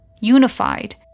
unified